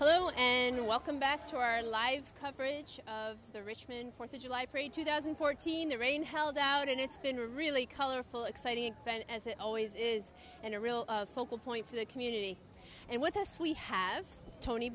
hello and welcome back to our live coverage of the richmond fourth of july parade two thousand and fourteen the rain held out and it's been really colorful exciting as it always is in a real focal point for the community and with us we have tony